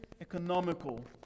economical